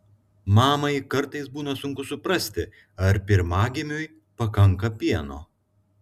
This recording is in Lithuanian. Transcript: mamai kartais būna sunku suprasti ar pirmagimiui pakanka pieno